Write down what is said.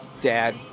dad